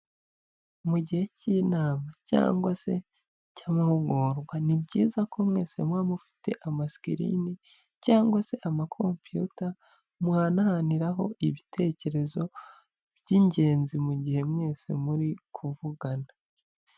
Mu gihe cy'inama cyangwa se cy'amahugurwa, ni byiza ko mwese muba mufite amasikirini cyangwa se amakompiyuta muhanahaniraho ibitekerezo by'ingenzi, mu gihe mwese muri kuvugana.